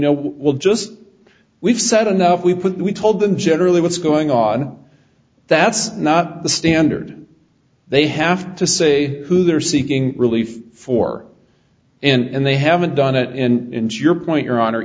know we'll just we've said enough we put we told them generally what's going on that's not the standard they have to say who they're seeking relief for and they haven't done it and to your point your honor